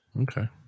Okay